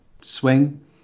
swing